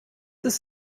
ist